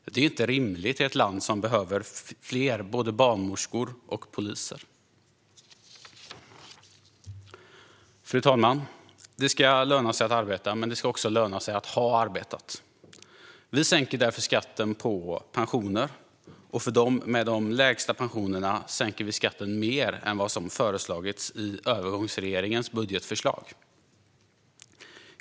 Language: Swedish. Det är inte rimligt i ett land som behöver både fler barnmorskor och fler poliser. Fru talman! Det ska löna sig att arbeta, men det ska också löna sig att ha arbetat. Vi sänker därför skatten på pensioner, och för dem med de lägsta pensionerna sänker vi skatten mer än vad som förslagits i övergångsregeringens budgetförslag.